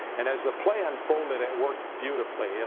and as the play unfolded, it worked beautifully. and